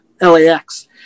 LAX